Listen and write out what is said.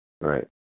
right